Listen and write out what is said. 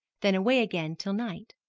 then away again till night.